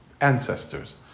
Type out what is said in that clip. ancestors